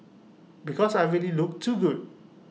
because I already look too good